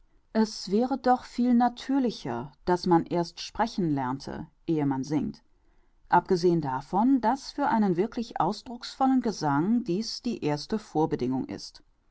es wäre doch viel natürlicher daß man erst sprechen lernte ehe man singt abgesehen davon daß für einen wirklich ausdrucksvollen gesang dies die erste vorbedingung ist